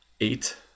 eight